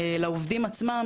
לעובדים עצמם,